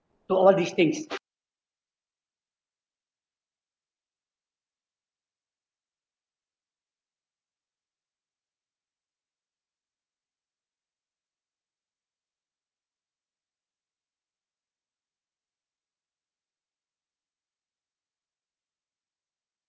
the all these things